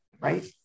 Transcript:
right